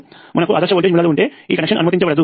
మనకు ఆదర్శ వోల్టేజ్ మూలాలు ఉంటే ఈ కనెక్షన్ అనుమతించబడదు